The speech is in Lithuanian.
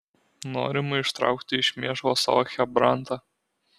norima ištraukti iš mėšlo savo chebrantą